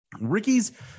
Ricky's